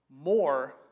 more